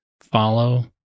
follow